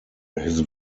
his